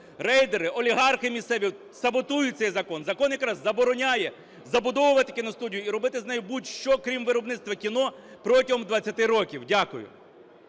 Рейдери, олігархи місцеві саботують цей закон. Закон якраз забороняє забудовувати кіностудію і робити з нею будь-що, крім виробництва кіно протягом 20 років. Дякую.